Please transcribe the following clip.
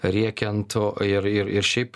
rėkiant ir ir ir šiaip